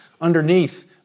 underneath